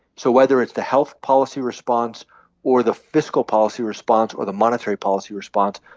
so whether it's the health policy response or the fiscal policy response or the monetary policy response,